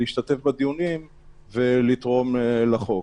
להשתתף בדיונים ולתרום לחוק.